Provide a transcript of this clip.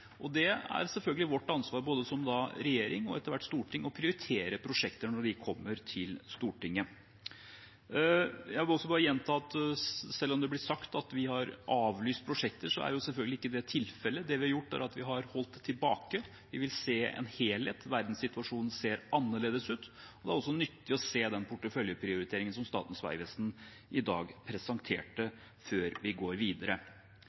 og helt igjen i. Det er selvfølgelig vårt ansvar som regjering – og etter hvert for Stortinget – å prioritere prosjekter når de kommer til Stortinget. Jeg vil også bare gjenta at selv om det blir sagt at vi har avlyst prosjekter, er selvfølgelig ikke det tilfellet. Det vi har gjort, er at vi har holdt tilbake. Vi vil se en helhet, verdenssituasjonen ser annerledes ut, og det er også nyttig å se den porteføljeprioriteringen som Statens vegvesen i dag presenterte, før vi går videre.